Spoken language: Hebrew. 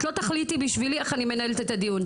את לא תחליטי בשבילי איך אני מנהלת את הדיון.